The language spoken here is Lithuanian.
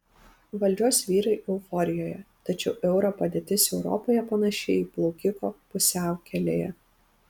valdžios vyrai euforijoje tačiau euro padėtis europoje panaši į plaukiko pusiaukelėje